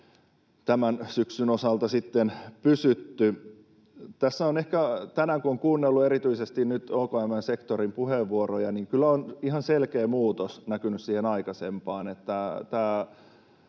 tämän syksyn osalta pysytty. Tänään kun on kuunnellut erityisesti nyt OKM:n sektorin puheenvuoroja, niin kyllä on ihan selkeä muutos näkynyt aikaisempaan,